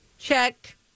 Check